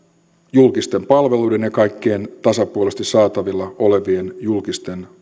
julkisten palveluiden ja kaikkien tasapuolisesti saatavilla olevien julkisten